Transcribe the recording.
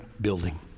building